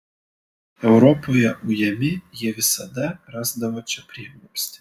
europoje ujami jie visada rasdavo čia prieglobstį